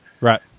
Right